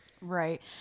Right